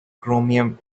chromium